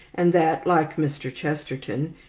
and that, like mr. chesterton,